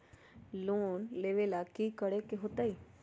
Loan लेवेला की करेके होतई?